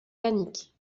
panique